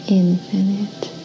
infinite